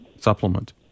supplement